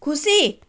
खुसी